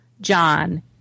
John